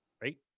Right